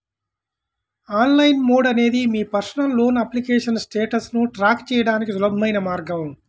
online mode అనేది మీ personal loan application స్టేటస్ను ట్రాక్ చేయడానికి సులభమైన మార్గం